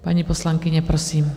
Paní poslankyně, prosím.